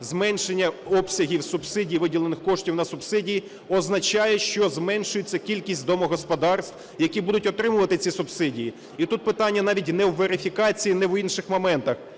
Зменшення обсягів субсидій, виділених коштів на субсидії означає, що зменшується кількість домогосподарств, які будуть отримувати ці субсидії. І тут питання навіть не у верифікації, не в інших моментах,